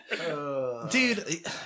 dude